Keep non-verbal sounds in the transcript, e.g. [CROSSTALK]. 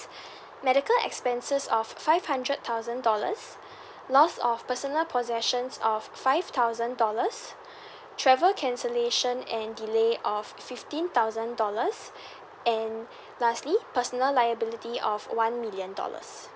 [BREATH] medical expenses of five hundred thousand dollars [BREATH] loss of personal possessions of five thousand dollars [BREATH] travel cancellation and delay of fifteen thousand dollars [BREATH] and lastly personal liability of one million dollars